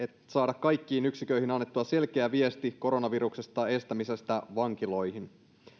saada kaikkiin yksikköihin annettua selkeä viesti koronaviruksen estämisestä vankiloihin